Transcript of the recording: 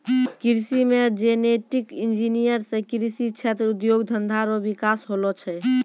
कृषि मे genetic engineer से कृषि क्षेत्र उद्योग धंधा रो विकास होलो छै